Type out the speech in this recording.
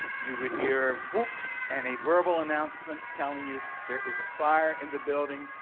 you would hear whoops and a verbal announcement telling you there is a fire in the building,